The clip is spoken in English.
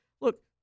look